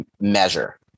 measure